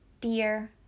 dear